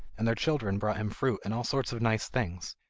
and their children brought him fruit and all sorts of nice things,